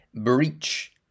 breach